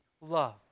love